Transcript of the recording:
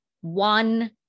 one